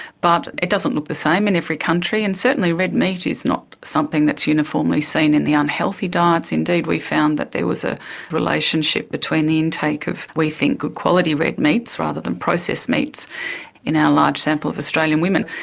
but it doesn't look the same in every country, and certainly red meat is not something that is uniformly seen in the unhealthy diets. indeed, we found that there was a relationship between the intake of we think good quality red meats rather than processed meats in our large sample of australian women.